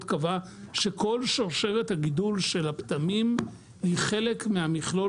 קבע שכל שרשרת הגידול של הפטמים היא חלק מהמכלול